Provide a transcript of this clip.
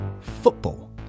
Football